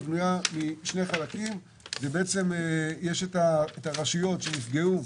היא בנויה משני חלקים ובעצם יש את הרשויות שנפגעו